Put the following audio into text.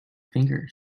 finger